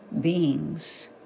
beings